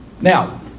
Now